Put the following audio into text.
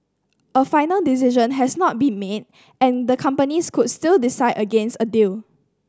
a final decision has not been made and the companies could still decide against a deal